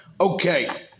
Okay